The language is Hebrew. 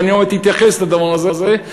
ואני עוד אתייחס לדבר הזה,